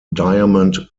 diamond